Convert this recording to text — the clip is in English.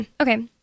Okay